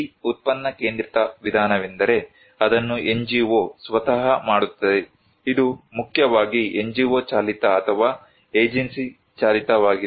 ಈ ಉತ್ಪನ್ನ ಕೇಂದ್ರಿತ ವಿಧಾನವೆಂದರೆ ಅದನ್ನು NGO ಸ್ವತಃ ಮಾಡುತ್ತದೆ ಇದು ಮುಖ್ಯವಾಗಿ NGO ಚಾಲಿತ ಅಥವಾ ಏಜೆನ್ಸಿ ಚಾಲಿತವಾಗಿದೆ